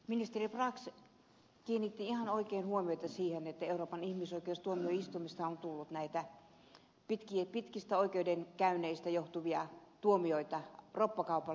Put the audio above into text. ministeri brax kiinnitti ihan oikein huomiota siihen että euroopan ihmisoikeustuomioistuimesta on tullut suomelle näistä pitkistä oikeudenkäynneistä johtuvia tuomioita roppakaupalla